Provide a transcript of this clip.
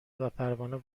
وپروانه